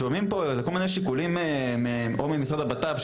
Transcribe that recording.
שומעים פה כל מיני שיקולים ממשרד הבט"פ,